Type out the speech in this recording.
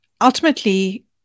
ultimately